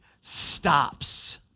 stops